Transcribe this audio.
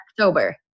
October